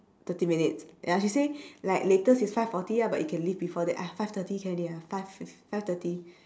thirty minutes ya she say like latest is five forty ah but you can leave before that !aiya! five thirty can already ah five five thirty